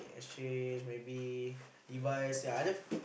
Exchange maybe Levi's yea I love